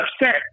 upset